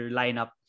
lineup